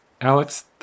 Alex